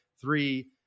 three